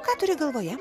ką turi galvoje